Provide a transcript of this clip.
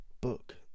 book